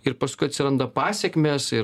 ir paskui atsiranda pasekmės ir